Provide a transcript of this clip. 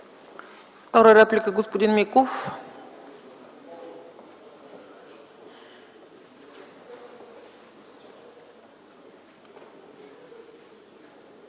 втора реплика – господин Миков.